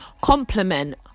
compliment